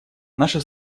наша